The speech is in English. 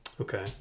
Okay